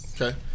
Okay